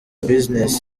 business